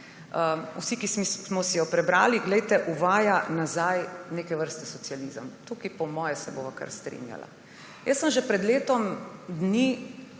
Vsi, ki smo si jo prebrali, uvaja nazaj neke vrste socializem. Tukaj se bova po moje kar strinjala. Jaz sem že pred letom dni